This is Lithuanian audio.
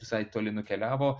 visai toli nukeliavo